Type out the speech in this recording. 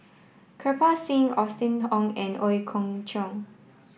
Kirpal Singh Austen Ong and Ooi Kok Chuen